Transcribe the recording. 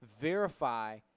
verify